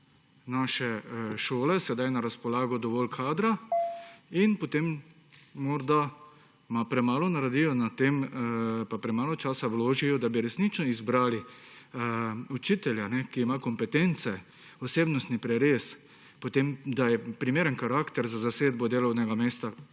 naše šole sedaj na razpolago dovolj kadra in potem morda premalo naredijo na tem pa premalo časa vložijo v to, da bi resnično izbrali učitelja, ki ima kompetence, osebnostni prerez, je primeren karakter za zasedbo delovnega mesta